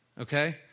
okay